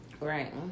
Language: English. Right